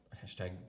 hashtag